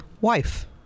wife